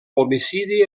homicidi